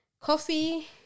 coffee